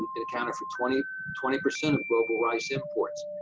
it accounted for twenty twenty percent of global rice imports,